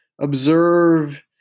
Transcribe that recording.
observe